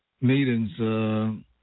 meetings